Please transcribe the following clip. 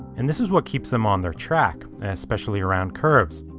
and this is what keeps them on their track, especially around curves.